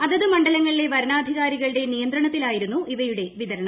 അതത് മണ്ഡലങ്ങളിലെ വരണാധികാരികളുടെ നിയന്ത്രണത്തിലായിരുന്നു ഇവയുടെ വിതരണം